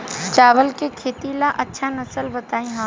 चावल के खेती ला अच्छा नस्ल बताई?